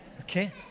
Okay